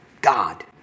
God